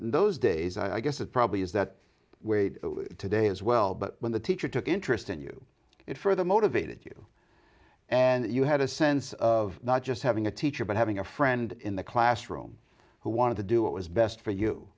those days i guess it probably is that way today as well but when the teacher took interest in you it further motivated you and you had a sense of not just having a teacher but having a friend in the classroom who wanted to do what was best for you